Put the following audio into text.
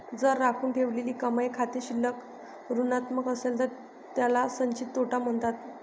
जर राखून ठेवलेली कमाई खाते शिल्लक ऋणात्मक असेल तर त्याला संचित तोटा म्हणतात